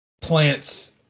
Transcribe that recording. plants